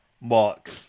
Mark